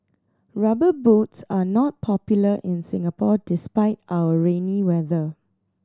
Rubber Boots are not popular in Singapore despite our rainy weather